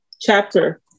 chapter